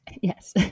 Yes